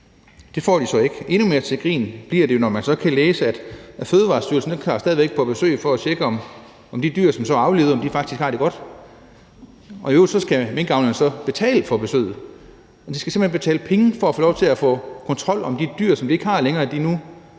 Det får de så ikke. Endnu mere til grin bliver det jo, når man så kan læse, at Fødevarestyrelsen stadig væk tager på besøg for at sikre, at de dyr, som så er aflivet, faktisk har det godt. Og i øvrigt skal minkavlerne betale for besøget. De skal simpelt hen betale penge for at få lov til at få kontrol med de dyr, som de ikke har længere, altså at